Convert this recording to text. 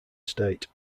state